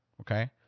okay